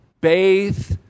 bathe